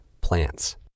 plants